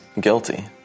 guilty